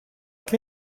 che